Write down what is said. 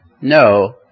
no